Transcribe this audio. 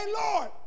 lord